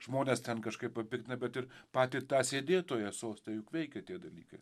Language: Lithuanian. žmones ten kažkaip papiktina bet ir patį tą sėdėtoją soste juk veikia tie dalykai